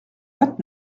vingt